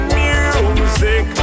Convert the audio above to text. music